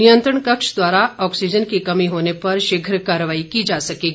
नियंत्रण कक्ष द्वारा ऑक्सीजन की कमी होने पर शीघ्र कार्रवाई की जा सकेगी